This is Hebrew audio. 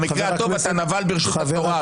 במקרה הטוב אתה נבל ברשות התורה,